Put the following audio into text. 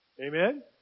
Amen